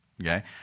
Okay